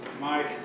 Mike